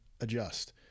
adjust